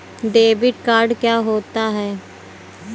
Debit card क्या होता है?